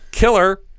Killer